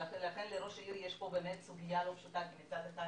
לכן לראש העיר יש פה באמת סוגיה לא פשוטה כי מצד אחד